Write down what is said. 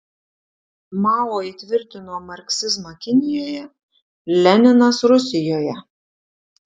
mao įtvirtino marksizmą kinijoje leninas rusijoje